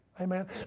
Amen